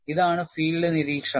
ഇതാണ് ഫീൽഡ് നിരീക്ഷണം